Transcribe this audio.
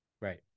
Right